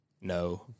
No